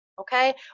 okay